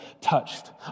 touched